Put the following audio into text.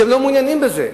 שהם לא מעוניינים בזה,